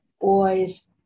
boys